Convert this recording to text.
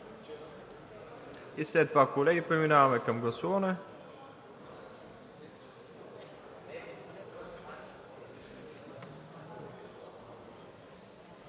След това, колеги, преминаваме към гласуване.